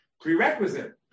prerequisite